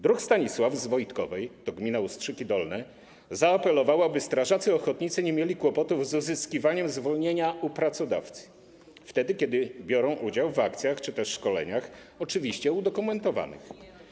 Druh Stanisław z Wojtkowej - to gmina Ustrzyki Dolne - zaapelował, aby strażacy ochotnicy nie mieli kłopotów z uzyskiwaniem zwolnienia u pracodawcy, wtedy kiedy biorą udział w akcjach czy też szkoleniach, oczywiście udokumentowanych.